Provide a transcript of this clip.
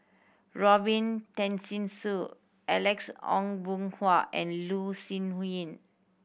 Robin Tessensohn Alex Ong Boon Hau and Loh Sin Yun